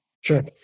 Sure